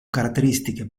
caratteristiche